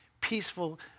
peaceful